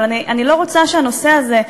אבל אני לא רוצה שהנושא הזה,